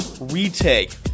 retake